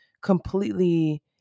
completely